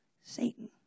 Satan